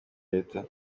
leta